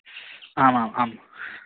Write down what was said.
आम् आम् आम्